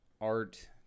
art